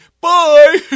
Bye